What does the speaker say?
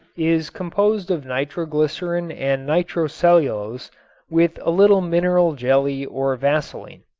is composed of nitroglycerin and nitrocellulose with a little mineral jelly or vaseline.